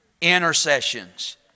intercessions